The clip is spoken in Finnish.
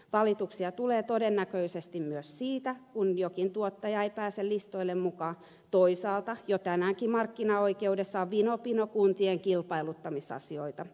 valituksia tulee todennäköisesti myös siitä että jokin tuottaja ei pääse listoille mukaan toisaalta jo tänäänkin markkinaoikeudessa on vino pino kuntien kilpailuttamisasioita